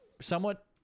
somewhat